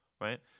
Right